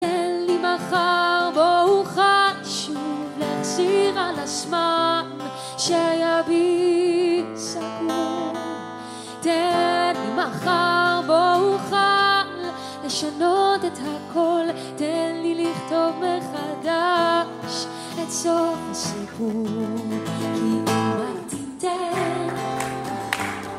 תן לי מחר, בו אוכל שוב להחזיר את הזמן שהיה בי סגור תן לי מחר, בו אוכל לשנות את הכל תן לי לכתוב מחדש את סוף הסיפור כי אם רק תתן...